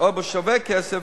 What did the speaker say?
או בשווה-כסף,